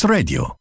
Radio